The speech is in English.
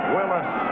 Willis